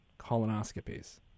colonoscopies